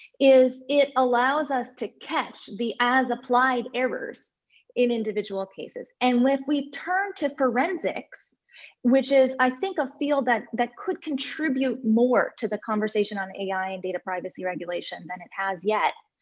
is it allows us to catch the as applied errors in individual cases. and if we turn to forensics which is, i think, a field that that could contribute more to the conversation on ai and data privacy regulation than it has yet,